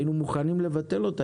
היינו מוכנים לבטל אותה,